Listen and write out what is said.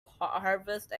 harvest